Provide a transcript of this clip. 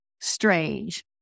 strange